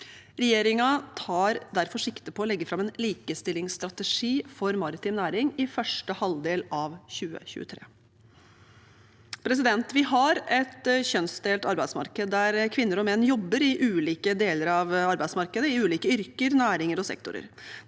Regjeringen tar derfor sikte på å legge fram en likestillingsstrategi for maritim næring i første halvdel av 2023. Vi har et kjønnsdelt arbeidsmarked, der kvinner og menn jobber i ulike deler av arbeidsmarkedet, i ulike yrker, næringer og sektorer.